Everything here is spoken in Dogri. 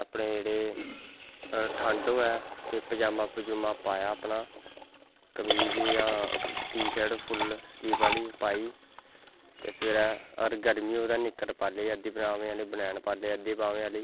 अपनै जेह्ड़े ठंड होऐ तां पज़ामा पज़ूमा पाया अपना टिशर्ट जां कमीज़ फुल्ल सलीव आह्ली पाई